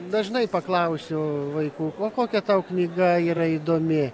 dažnai paklausiu vaikų o kokia tau knyga yra įdomi